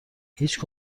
هیچ